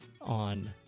on